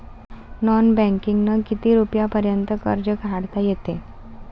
Non बँकिंगनं किती रुपयापर्यंत कर्ज काढता येते?